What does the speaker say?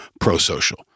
pro-social